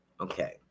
Okay